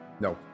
No